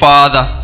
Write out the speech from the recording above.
Father